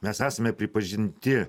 mes esame pripažinti